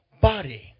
body